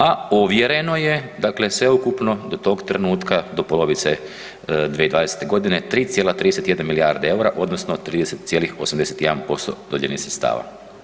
A ovjereno je dakle sveukupno do tog trenutka do polovice 2020. godine 3,31 milijarda EUR-a odnosno 30,81% dodijeljenih sredstava.